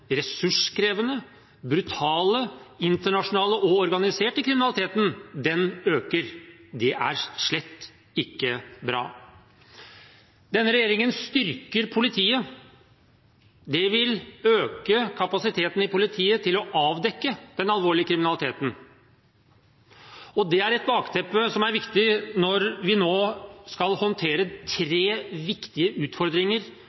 ressurskrevende, brutale, internasjonale og organiserte kriminaliteten øker. Det er slett ikke bra. Denne regjeringen styrker politiet. Det vil øke kapasiteten i politiet til å avdekke den alvorlige kriminaliteten. Det er et bakteppe som er viktig når vi nå skal håndtere tre viktige utfordringer